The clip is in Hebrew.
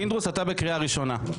פינדרוס, אתה בקריאה ראשונה.